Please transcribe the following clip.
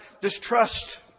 distrust